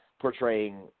portraying